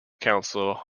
council